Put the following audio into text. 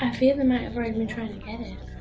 i feel they might've already been trying to get it.